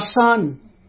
son